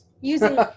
using